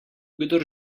kdor